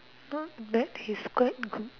don't let his skirt go